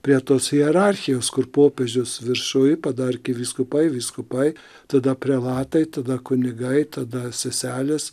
prie tos hierarchijos kur popiežius viršuj po to vyskupai vyskupai tada prelatai tada kunigai tada seselės